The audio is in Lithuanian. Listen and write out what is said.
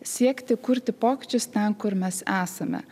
siekti kurti pokyčius ten kur mes esame